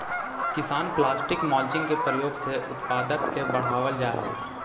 किसान plastic mulching के प्रयोग से उत्पादक के बढ़ावल जा हई